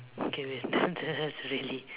okay wait that one's really